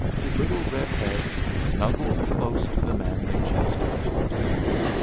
his little red head snuggled close to the manly chest of his protector,